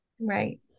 Right